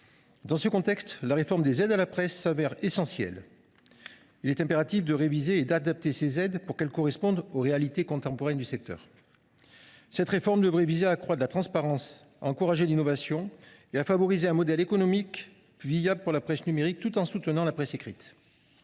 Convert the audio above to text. Dans ce contexte, la réforme des aides à la presse se révèle essentielle. Il est impératif de réviser et d’adapter ces aides pour qu’elles correspondent aux réalités contemporaines du secteur. Cette réforme devrait viser à accroître la transparence, à encourager l’innovation et à favoriser un modèle économique viable pour la presse numérique tout en soutenant la presse écrite.